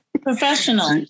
Professional